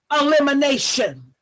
elimination